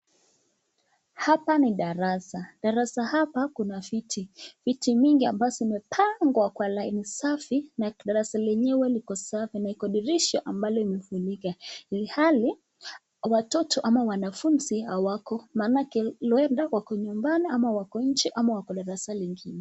Hapa ni darasa. Darasa hapa kuna viti. Viti mingi ambazo zimepangwa kwa laini safi na darasa lenyewe liko safi na liko dirisha ambalo limefunikwa. Hali, watoto ama wanafunzi hawako. Maanake, huenda wako nyumbani ama wako nje ama wako darasa lingine.